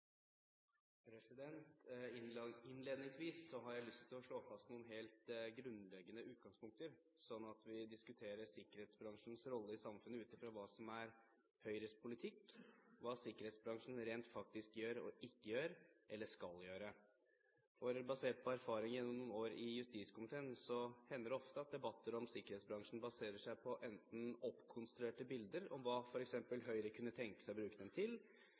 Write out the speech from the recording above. nr. 3. Innledningsvis har jeg lyst til å slå fast noen helt grunnleggende utgangspunkter, slik at vi diskuterer sikkerhetsbransjens rolle i samfunnet ut fra hva som er Høyres politikk, og hva sikkerhetsbransjen rent faktisk gjør og ikke gjør – eller skal gjøre. Basert på erfaring gjennom noen år i justiskomiteen hender det ofte at debatter om sikkerhetsbransjen baserer seg på enten oppkonstruerte bilder om hva f.eks. Høyre kunne tenke seg å bruke den til,